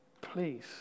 please